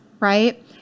Right